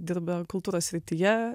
dirba kultūros srityje